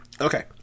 Okay